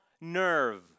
nerve